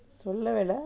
சொல்லவேலே:sollavellae